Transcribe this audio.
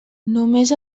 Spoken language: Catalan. només